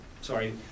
sorry